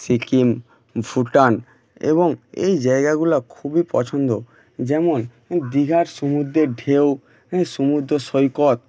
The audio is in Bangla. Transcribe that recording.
সিকিম ভুটান এবং এই জায়গাগুলো খুবই পছন্দ যেমন দীঘার সমুদ্রে ঢেউ হ্যাঁ সমুদ্র সৈকত